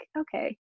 okay